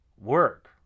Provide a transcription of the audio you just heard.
work